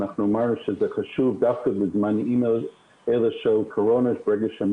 ואמרנו שזה חשוב דווקא בזמן קורונה כאשר אנשים